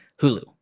Hulu